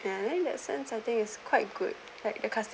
and in that sense I think is quite good like the